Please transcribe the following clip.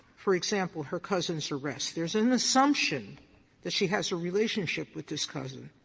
for example, her cousin's arrest. there's an assumption that she has a relationship with this cousin.